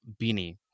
beanie